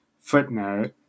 Footnote